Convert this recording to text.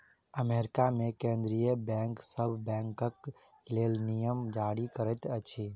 America मे केंद्रीय bank सभ बैंकक लेल नियम जारी करैत अछि